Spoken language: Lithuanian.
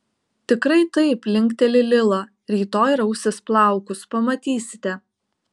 tikrai taip linkteli lila rytoj rausis plaukus pamatysite